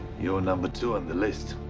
you're number two on the list.